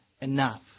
Enough